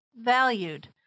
valued